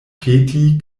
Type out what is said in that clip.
peti